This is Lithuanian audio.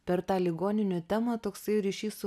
per tą ligoninių temą toksai ryšys su